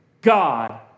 God